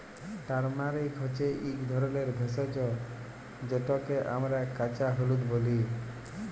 turmeric হছে ইক ধরলের ভেষজ যেটকে আমরা কাঁচা হলুদ ব্যলি